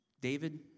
David